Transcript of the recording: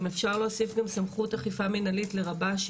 אם אפשר להוסיף גם סמכות אכיפה מנהלית לרב"שים